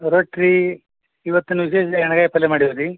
ರೊಟ್ಟಿ ಇವತ್ತಿನ ವಿಶೇಷ ಎಣ್ಗಾಯಿ ಪಲ್ಯ ಮಾಡಿವಿ ರೀ